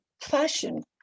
fashion